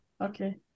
Okay